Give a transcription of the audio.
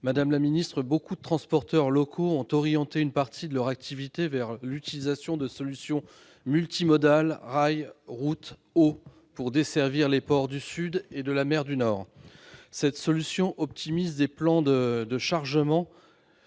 Madame la secrétaire d'État, beaucoup de transporteurs locaux ont orienté une partie de leur activité vers l'utilisation de solutions multimodales rail-route-eau pour desservir les ports du Sud et ceux de la mer du Nord. Cette solution optimise les plans de chargement